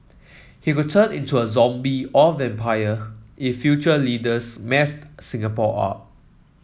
he would turn into a zombie or vampire if future leaders mess Singapore up